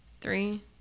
Three